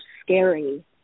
scary